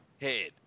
head